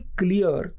clear